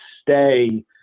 stay